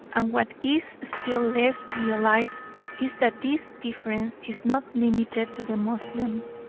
and what is still less realised is that this difference is not limited to the moslems,